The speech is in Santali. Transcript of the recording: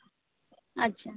ᱟᱪᱪᱷᱟ